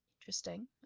interesting